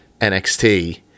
NXT